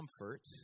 comfort